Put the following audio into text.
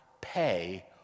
pay